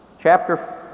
Chapter